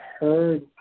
heard